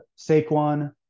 Saquon